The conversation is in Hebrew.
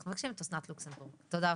האקמו והצנתורים, אין פה.